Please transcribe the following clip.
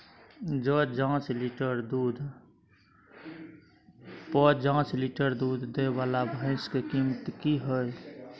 प जॉंच लीटर दूध दैय वाला भैंस के कीमत की हय?